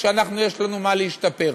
שיש לנו במה להשתפר,